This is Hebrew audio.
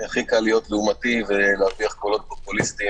הכי קל להיות לעומתי ולהרוויח קולות פופוליסטיים,